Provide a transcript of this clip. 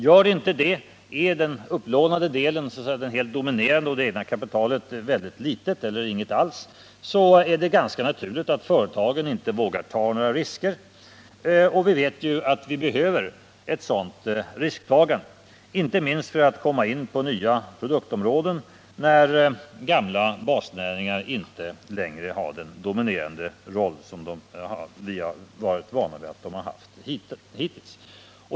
Gör det inte det, är den upplånade delen den helt dominerande och det egna kapitalet väldigt litet eller inget alls, så är det ganska naturligt att företagen inte vågar ta några risker. Men vi vet att vi behöver ett sådant risktagande, inte minst för att komma in på nya produktområden när gamla basnäringar inte längre har samma dominerande roll som tidigare.